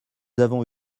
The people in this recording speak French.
avons